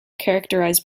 characterized